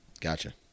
gotcha